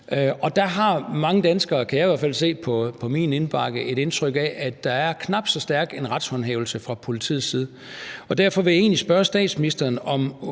Og der har mange danskere, kan jeg i hvert fald se på min indbakke, et indtryk af, at der er knap så stærk en retshåndhævelse fra politiets side. Derfor vil jeg egentlig spørge statsministeren, om